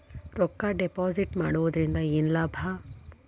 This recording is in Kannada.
ರೊಕ್ಕ ಡಿಪಾಸಿಟ್ ಮಾಡುವುದರಿಂದ ಏನ್ ಲಾಭ?